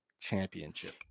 championship